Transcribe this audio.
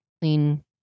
clean